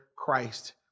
Christ